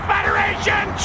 Federation